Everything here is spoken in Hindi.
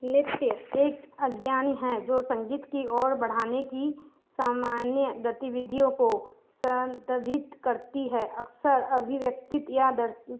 नृत्य एक अज्ञान है जो संगीत की ओर बढ़ाने की सामान्य गतिविधियों को संतभित करती है अक्सर अभिव्यक्ति या दर्स